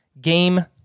game